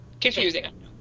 Confusing